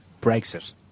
Brexit